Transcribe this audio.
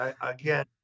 Again